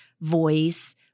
voice